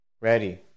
Ready